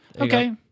Okay